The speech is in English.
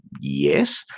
yes